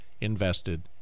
invested